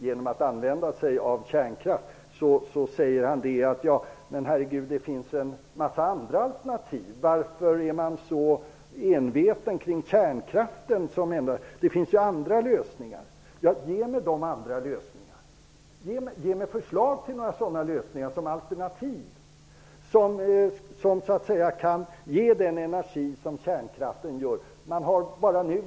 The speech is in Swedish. Han säger att det ju finns en massa andra alternativ. Varför är man så enveten kring kärnkraften då det finns så många andra lösningar? Ge mig de andra lösningarna! Ge mig förslag till sådana lösningar som alternativ! Vad kan ge den energi som kärnkraften gör?